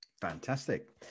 Fantastic